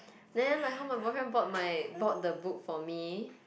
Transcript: then like how my boyfriend bought my bought the book for me